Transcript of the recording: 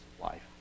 life